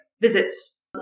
visits